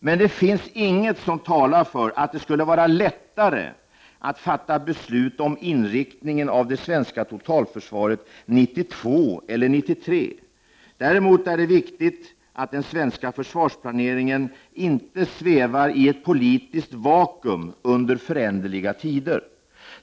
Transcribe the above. Men det finns ingenting som talar för att det skulle vara lättare att fatta beslut om inriktningen av det svenska totalförsvaret 1992 eller 1993. Däremot är det viktigt att den svenska försvarsplaneringen inte svävar i ett politiskt vakuum under föränderliga tider.